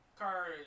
car